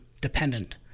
dependent